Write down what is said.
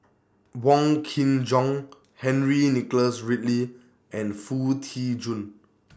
Wong Kin Jong Henry Nicholas Ridley and Foo Tee Jun